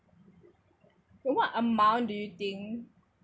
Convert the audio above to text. what amount do you think